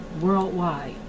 worldwide